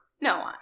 No